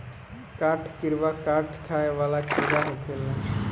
काठ किड़वा काठ खाए वाला कीड़ा होखेले